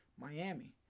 Miami